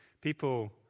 people